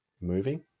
moving